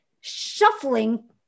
shuffling